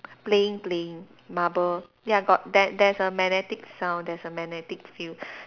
play playing marble ya got there there's a magnetic sound there's a magnetic field